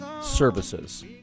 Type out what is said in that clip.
Services